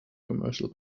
commercial